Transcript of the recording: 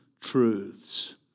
truths